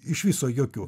iš viso jokių